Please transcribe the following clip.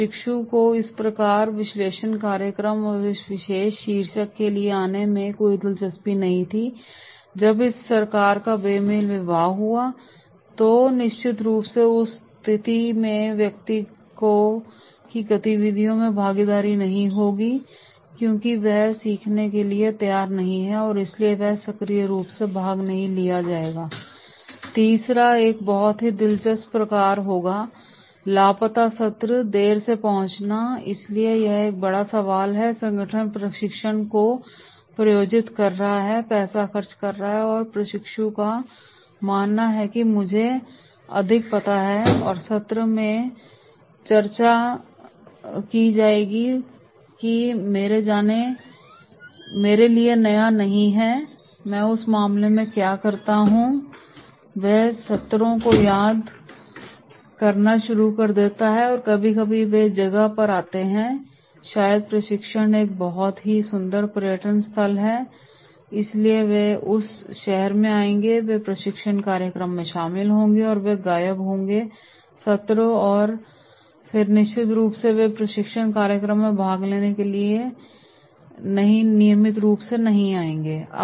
प्रशिक्षु को इस विशेष प्रशिक्षण कार्यक्रम इस विशेष शीर्षक के लिए आने में कोई दिलचस्पी नहीं थी और जब इस प्रकार का बेमेल विवाह होता है तो निश्चित रूप से उस स्थिति में व्यक्ति की गतिविधियों में भागीदारी नहीं होगी क्योंकि वह सीखने के लिए तैयार नहीं है और इसलिए वह सक्रिय रूप से भाग नहीं लिया जाएगा तीसरा एक बहुत ही दिलचस्प प्रकार होगा लापता सत्र देर से पहुंचना इसलिए यह एक बड़ा सवाल है संगठन प्रशिक्षण को प्रायोजित कर रहा है पैसा खर्च कर रहा है और प्रशिक्षु का मानना है कि मुझे अधिक पता है और सत्र में चर्चा की जाएगी ओह जो मेरे लिए नया नहीं है और में उस मामले में वह क्या करता है वह सत्रों को याद करना शुरू कर देता है या कभी कभी वे जगह पर आते हैं शायद प्रशिक्षण एक बहुत ही सुंदर पर्यटन स्थल पर है और इसलिए वे उस शहर में आएंगे और वे प्रशिक्षण कार्यक्रम में शामिल नहीं होंगे और वे गायब होंगे सत्र और फिर निश्चित रूप से वे प्रशिक्षण कार्यक्रम में भाग लेने के लिए नियमित प्रशिक्षु नहीं होंगे या वे देरी से पहुंच सकते हैं